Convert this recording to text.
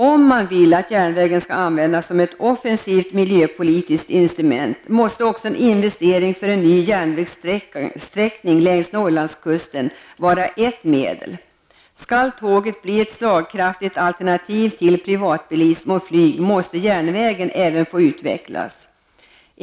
Om man vill att järnvägen skall användas som ett offensivt miljöpolitiskt instrument, måste en investering i en ny järnvägssträckning längs Norrlandskusten vara ett medel. Skall tåget bli ett slagkraftigt alternativ till privatbilism och flyg, måste järnvägen få utvecklas.